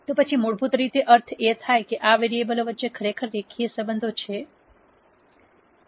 તો પછી મૂળભૂત રીતે અર્થ એ થાય કે આ વેરીએબલો વચ્ચે ખરેખર રેખીય સંબંધો છે